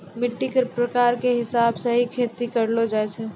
मिट्टी के प्रकार के हिसाब स हीं खेती करलो जाय छै